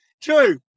True